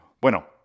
Bueno